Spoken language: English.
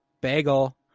bagel